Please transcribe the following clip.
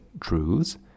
truths